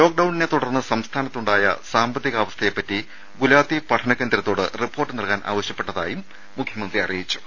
ലോക്ക്ഡൌണിനെ തുടർന്ന് സംസ്ഥാനത്തുണ്ടായ സാമ്പത്തികാവസ്ഥയെ പറ്റി ഗുലാത്തി പഠനകേന്ദ്രത്തോട് റിപ്പോർട്ട് നൽകാൻ ആവശ്യപ്പെട്ടതായി മുഖ്യമന്ത്രി അറിയിച്ചു